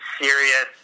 serious